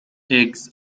eggs